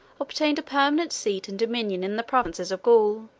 obtained a permanent seat and dominion in the provinces of gaul.